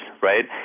right